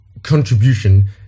Contribution